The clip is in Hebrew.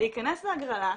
להיכנס להגרלה,